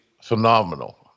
phenomenal